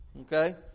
Okay